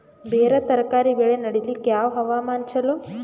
ಬೇರ ತರಕಾರಿ ಬೆಳೆ ನಡಿಲಿಕ ಯಾವ ಹವಾಮಾನ ಚಲೋ?